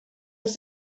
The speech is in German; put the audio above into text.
des